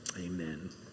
Amen